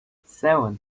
seven